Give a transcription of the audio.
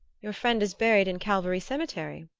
your friend is buried in calvary cemetery?